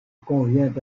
convient